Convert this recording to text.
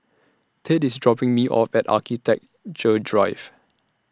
Tate IS dropping Me off At Architecture Drive